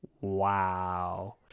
Wow